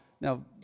now